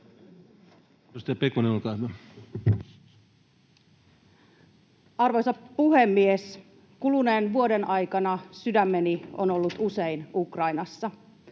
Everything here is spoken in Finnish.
Arvoisa puhemies! Kuluneen vuoden aikana sydämeni on ollut usein Ukrainassa.